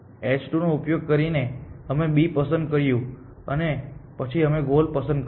h2 નો ઉપયોગ કરીને અમે B પસંદ કર્યું અને પછી અમે ગોલ પસંદ કર્યું